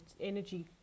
energy